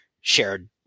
shared